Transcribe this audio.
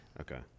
Okay